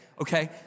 okay